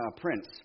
prince